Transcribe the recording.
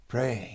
Pray